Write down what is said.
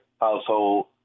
household